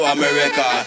America